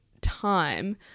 time